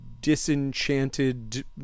disenchanted